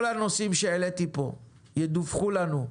כל הנושאים שהעליתי פה יידווחו לנו,